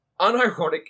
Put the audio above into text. unironic